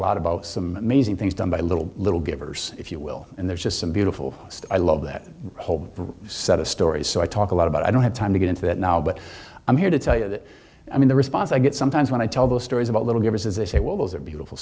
lot about some amazing things done by little little givers if you will and there's just some beautiful i love that whole set of stories so i talk a lot about i don't have time to get into that now but i'm here to tell you that i mean the response i get sometimes when i tell those stories about little givers is they say well those are beautiful